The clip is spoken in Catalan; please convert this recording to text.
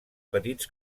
petits